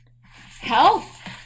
Health